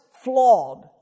flawed